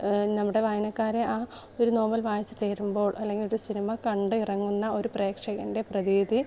നമ്മുടെ വായനക്കാരെ ആ ഒരു നോവൽ വായിച്ചു തീരുമ്പോൾ അല്ലെങ്കിൽ ഒരു സിനിമ കണ്ടു ഇറങ്ങുന്ന ഒരു പ്രേക്ഷകൻ്റെ പ്രതീതി